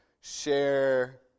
share